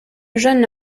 jeune